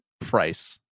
price